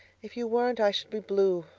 if you weren't i should be blue.